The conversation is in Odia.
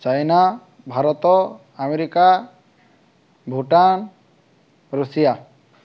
China Bharat America Bhutan Russia